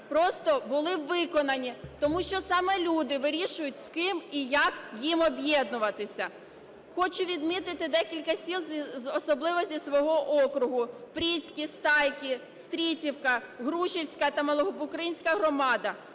просто були виконані. Тому що саме люди вирішують, з ким і як їм об'єднуватися. Хочу відмітити декілька сіл, особливо зі свого округу: Пріцьки, Стайки, Стрітівка, Грушівська та Малобукринська громади.